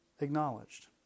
acknowledged